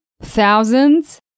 Thousands